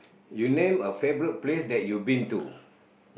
you name a favourite place that you been to